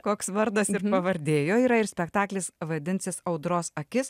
koks vardas pavardė jo yra ir spektaklis vadinsis audros akis